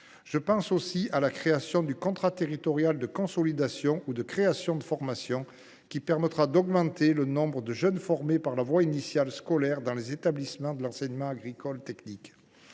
Je pense aussi à la création du contrat territorial de consolidation ou de création de formations, qui permettra d’augmenter le nombre de jeunes formés par la voie initiale scolaire dans les établissements de l’enseignement agricole technique.